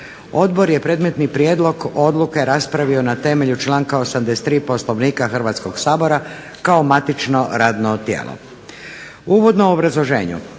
Odbor je predmetni prijedlog odluke raspravio na temelju članka 83. Poslovnika Hrvatskoga sabora kao matično radno tijelo. U uvodnom obrazloženju